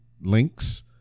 links